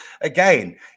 again